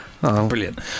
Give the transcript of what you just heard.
Brilliant